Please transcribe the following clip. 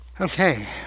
Okay